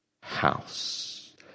house